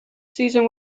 season